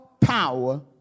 power